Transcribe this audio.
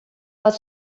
bat